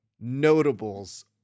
notables